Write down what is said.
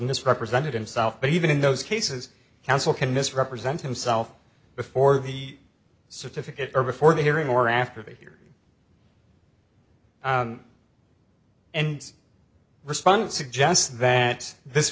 misrepresented himself but even in those cases counsel can mis represent himself before the certificate or before the hearing or after they hear end's response suggests that this